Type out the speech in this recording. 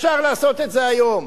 אפשר לעשות את זה היום.